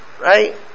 right